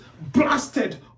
blasted